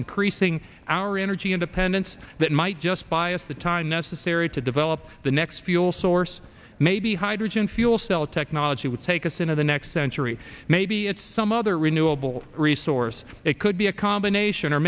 increasing our energy independence that might just buy us the time necessary to develop the next fuel source maybe hydrogen fuel cell technology would take us into the next century maybe it's some other renewable resource it could be a combination or